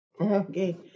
Okay